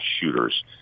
shooters